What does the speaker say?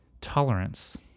tolerance